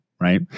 right